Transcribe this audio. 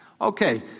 Okay